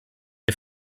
wir